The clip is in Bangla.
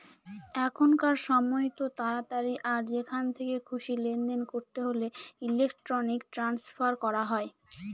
এখনকার সময়তো তাড়াতাড়ি আর যেখান থেকে খুশি লেনদেন করতে হলে ইলেক্ট্রনিক ট্রান্সফার করা হয়